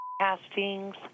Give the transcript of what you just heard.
castings